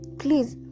please